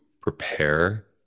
prepare